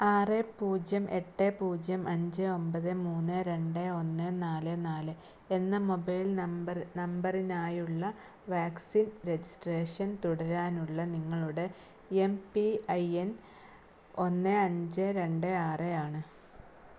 ആറ് പൂജ്യം എട്ട് പൂജ്യം അഞ്ച് ഒമ്പത് മൂന്ന് രണ്ട് ഒന്ന് നാല് നാല് എന്ന മൊബൈൽ നമ്പറ് നമ്പറിനായുള്ള വാക്സിൻ രജിസ്ട്രേഷൻ തുടരാനുള്ള നിങ്ങളുടെ എം പി ഐ എൻ ഒന്ന് അഞ്ച് രണ്ട് ആറ് ആണ്